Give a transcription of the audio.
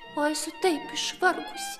o esu taip išvargusi